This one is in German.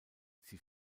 sie